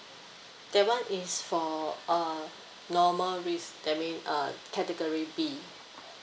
that [one] is for uh normal risk that mean uh category B